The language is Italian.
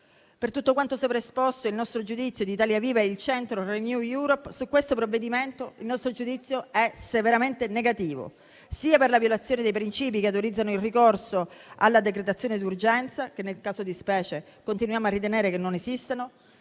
Per tutto quanto sopraesposto il giudizio di Italia Viva-il Centro-Renew Europe su questo provvedimento è severamente negativo, sia per la violazione dei principi che autorizzano il ricorso alla decretazione d'urgenza, che nel caso di specie continuiamo a ritenere che non esistano,